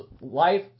life